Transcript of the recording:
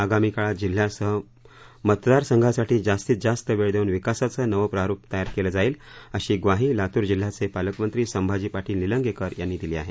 आगामी काळात जिल्ह्यासह मतदारसंघासाठी जास्तीत जास्त वेळ देऊन विकासाचं नवं प्ररुप तयार केलं जाईल अशी ग्वाही लातूर जिल्ह्याचे पालकमंत्री संभाजी पाटील निलंगेकर यांनी दिली आहे